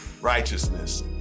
righteousness